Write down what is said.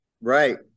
Right